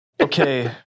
Okay